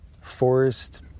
forest